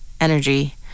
energy